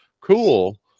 cool